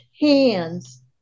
hands